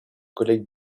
collègues